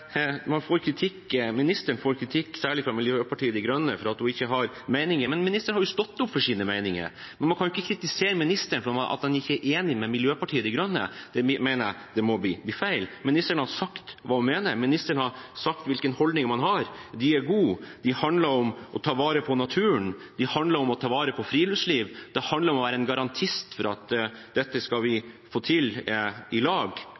hun ikke har meninger. Men ministeren har stått opp for sine meninger. Man kan ikke kritisere ministeren for at hun ikke er enig med Miljøpartiet De Grønne, det mener jeg må bli feil. Ministeren har sagt hva hun mener, ministeren har sagt hvilke holdninger man har. De er gode, de handler om å ta vare på naturen, de handler om å ta vare på friluftsliv. Det handler om å være en garantist for at dette skal vi få til i lag,